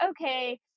okay